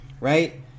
right